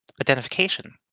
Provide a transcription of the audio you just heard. identification